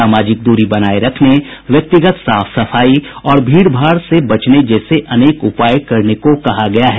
सामाजिक दूरी बनाए रखने व्यक्तिगत साफ सफाई और भीड़भाड़ से बचने जैसे अनेक उपाय करने को कहा गया है